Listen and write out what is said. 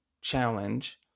challenge